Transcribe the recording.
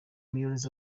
millions